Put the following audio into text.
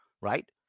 right